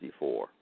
1964